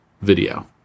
video